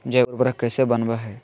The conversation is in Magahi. जैव उर्वरक कैसे वनवय हैय?